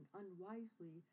unwisely